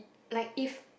like if